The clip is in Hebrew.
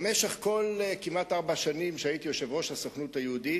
במשך כמעט כל ארבע השנים שהייתי יושב-ראש הסוכנות היהודית,